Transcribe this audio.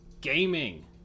gaming